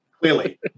clearly